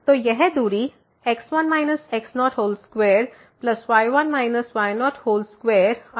तो यह दूरी x1 x02y1 y02है